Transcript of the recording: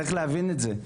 צריך להבין את זה,